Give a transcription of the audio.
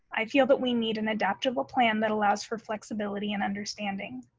i feel that we need an adaptable plan that allows for flexibility and understanding.